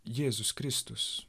jėzus kristus